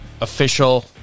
official